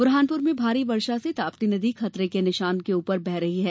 बुरहानपुर में भारी वर्षा से ताप्ती नदी खतरे के निशान से ऊपर बह रही है